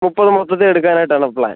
മുപ്പത് മൊത്തത്തിൽ എടുക്കാൻ ആയിട്ട് ആണ് പ്ലാൻ